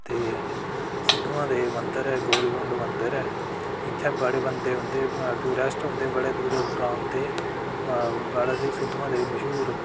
ते सुद्धमहादेव मंदर ऐ गौरीकुंड मंदर ऐ इत्थै बड़े बंदे औंदे बाऽ टुरिस्ट औंदे बड़े दूरा दूरा औंदे बड़ा स्हेई सुद्धमहादेव मश्हूर